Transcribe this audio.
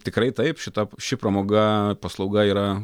tikrai taip šita ši pramoga paslauga yra